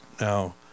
Now